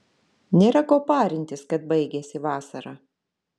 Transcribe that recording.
nėra ko parintis kad baigiasi vasara